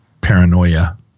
paranoia